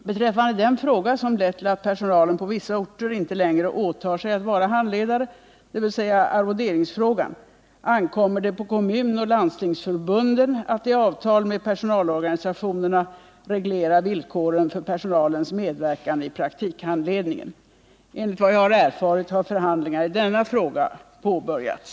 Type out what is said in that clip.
Beträffande den fråga som lett till att personalen på vissa orter inte längre åtar sig att vara handledare, dvs. arvoderingsfrågan, ankommer det på Kommunförbundet och Landstingsförbundet att i avtal med personalorganisationerna reglera villkoren för personalens medverkan i praktikhandledningen. Enligt vad jag erfarit har förhandlingar i denna fråga påbörjats.